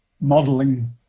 modeling